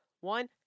one